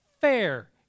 Fair